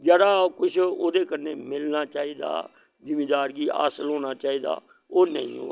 जेह्ड़ा कुश ओह्दे कन्नै मिलना चाहिदा जिमीदार गी हासल होना चाहिदा ओह् नेईं होआ करदा ऐ